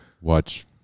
Watch